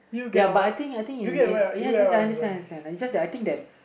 ya but I think I think in ya I understand I understand it's just that I think that